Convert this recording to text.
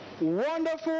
wonderful